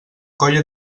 colla